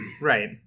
Right